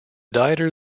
dieter